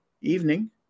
evening